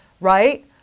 right